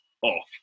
off